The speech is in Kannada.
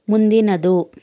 ಮುಂದಿನದು